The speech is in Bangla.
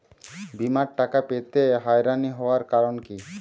বিমার টাকা পেতে হয়রানি হওয়ার কারণ কি?